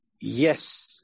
Yes